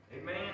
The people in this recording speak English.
Amen